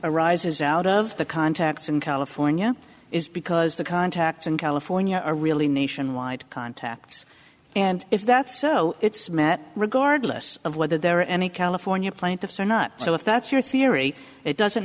arises out of the contacts in california is because the contacts in california really nationwide contacts and if that's so it's met regardless of whether there are any california plaintiffs or not so if that's your theory it doesn't